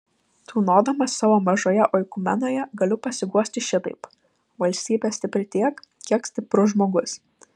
tūnodamas savo mažoje oikumenoje galiu pasiguosti šitaip valstybė stipri tiek kiek stiprus žmogus